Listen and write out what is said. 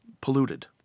polluted